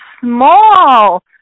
small